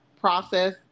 process